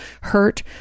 hurt